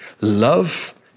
love